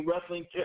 wrestling